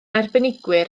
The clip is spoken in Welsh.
arbenigwyr